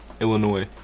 Illinois